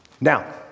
Now